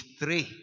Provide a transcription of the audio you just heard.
three